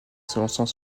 s’élançant